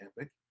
Epic